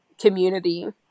community